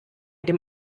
dem